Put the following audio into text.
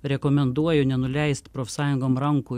rekomenduoju nenuleist profsąjungom rankų